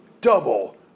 Double